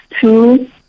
two